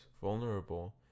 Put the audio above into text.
vulnerable